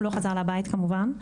הוא לא חזר לבית כמובן,